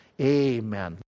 amen